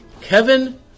Kevin